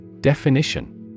Definition